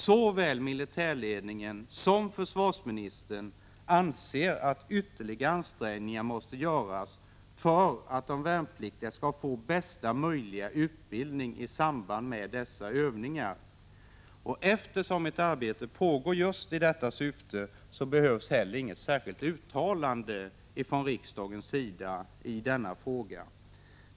Såväl militärledningen som försvarsministern anser att ytterligare ansträngningar måste göras för att de värnpliktiga skall få bästa möjliga utbildning i samband med dessa övningar. Eftersom arbete pågår med just detta syfte behövs heller inget särskilt uttalande från riksdagen i denna fråga.